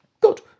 Good